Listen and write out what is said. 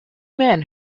men